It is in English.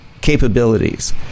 capabilities